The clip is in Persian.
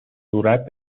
صورت